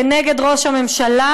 כנגד ראש הממשלה,